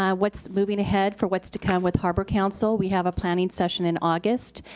um what's moving ahead for what's to come with harbor council. we have a planning session in august.